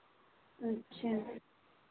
अच्छा